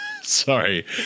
Sorry